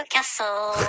Castle